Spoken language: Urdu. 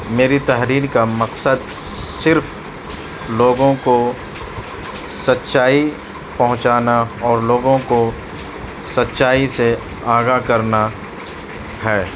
میری تحریر کا مقصد صرف لوگوں کو سچائی پہنچانا اور لوگوں کو سچائی سے آگاہ کرنا ہے